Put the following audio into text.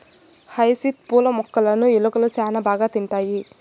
hyacinth పూల మొక్కలును ఎలుకలు శ్యాన బాగా తింటాయి